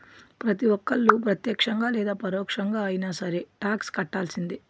ప్రతి ఒక్కళ్ళు ప్రత్యక్షంగా లేదా పరోక్షంగా అయినా సరే టాక్స్ కట్టాల్సిందే